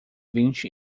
vinte